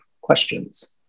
questions